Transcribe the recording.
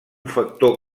factor